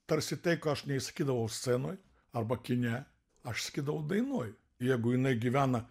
tarsi tai ko aš neišsakydavau scenoj arba kine aš sakydavau dainuoju jeigu jinai gyvena